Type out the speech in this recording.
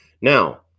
Now